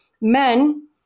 Men